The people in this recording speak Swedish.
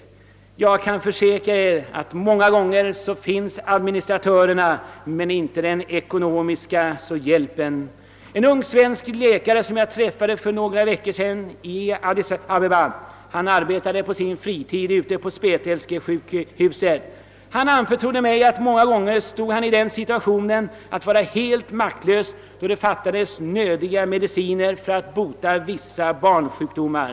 Men jag kan försäkra att de administratörerna många gånger finns; det är. de ekonomiska förutsättningarna som saknas. En ung svensk läkare som jag träffade för några veckor sedan i Addis Abbeba arbetade på sin fritid på ett spetälskesjukhus, och han anförtrodde mig att han många gånger stod helt maktlös därför att det fattades nödiga mediciner för att bota vissa barnsjukdomar.